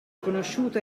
conosciuto